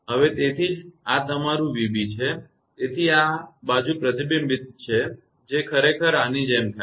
હવે તેથી જ આ તમારું 𝑣𝑏 છે તેથી આ બાજુ પ્રતિબિંબિત છે તે ખરેખર આની જેમ જાય છે